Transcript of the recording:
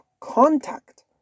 contact